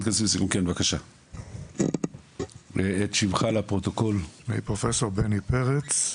בבקשה, פרופ' בני פרץ.